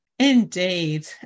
Indeed